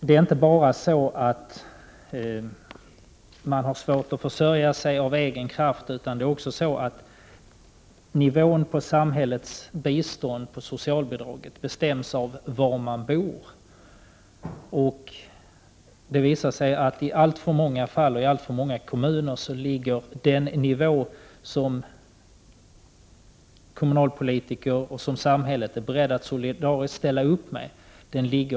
Det är inte bara så att det kan vara svårt att försörja sig av egen kraft, utan samhällets bistånd, socialbidraget, bestäms också av var man bor. I alltför många fall, i alltför många kommuner ligger den nivå som kommunalpolitiker och samhället är beredda att solidariskt ställa upp med för lågt.